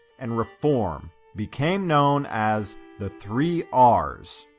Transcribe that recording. and reform became known as the three r's.